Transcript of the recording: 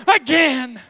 again